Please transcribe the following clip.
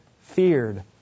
feared